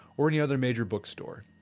or any other major book store